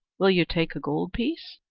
will you take a gold piece?